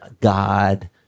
God